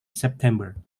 september